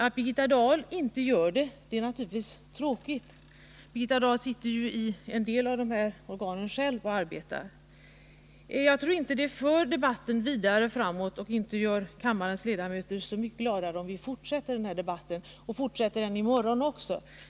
Att Birgitta Dahl inte gör det är naturligtvis tråkigt, eftersom Birgitta Dahl själv sitter med i en del av de organen och arbetar där. Jag tror inte att det för debatten något vidare framåt och inte heller att det gör kammarens ledamöter så mycket gladare, om vi fortsätter den här debatten längre och fortsätter den i morgon också.